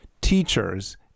teachers